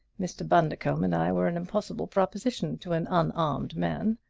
mr. bundercombe and i were an impossible proposition to an unarmed man.